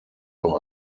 noch